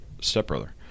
stepbrother